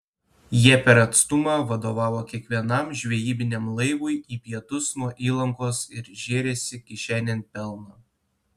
jie per atstumą vadovavo kiekvienam žvejybiniam laivui į pietus nuo įlankos ir žėrėsi kišenėn pelną